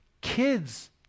Kids